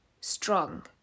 strong